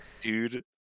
dude